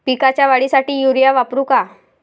पिकाच्या वाढीसाठी युरिया वापरू का?